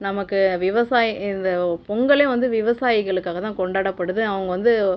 நமக்கு விவசாயி இந்த பொங்கலே வந்து விவசாயிகளுக்காகதான் கொண்டாடப்படுது அவங்க வந்து